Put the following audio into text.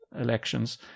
elections